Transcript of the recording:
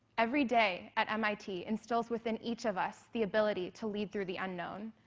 every day at mit instills within each of us the ability to lead through the unknown.